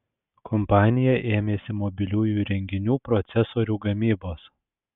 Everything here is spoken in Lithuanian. kompanija ėmėsi mobiliųjų įrenginių procesorių gamybos